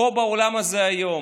פה באולם הזה היום.